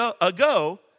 ago